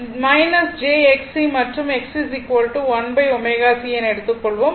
jXC மற்றும் XC1ω C என எடுத்துக்கொள்வோம்